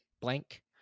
blank